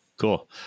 Cool